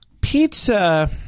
Pizza